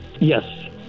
Yes